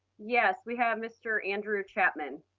yes, we have mr. andrew chapman.